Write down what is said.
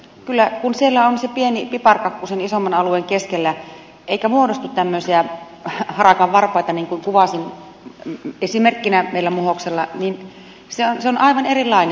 kyllä kun siellä on se pieni piparkakku sen isomman alueen keskellä eikä muodostu tämmöisiä harakanvarpaita niin kuin kuvasin esimerkkinä meillä muhoksella niin se on aivan erilainen